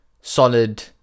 solid